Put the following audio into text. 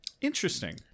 Interesting